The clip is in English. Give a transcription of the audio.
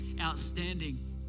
Outstanding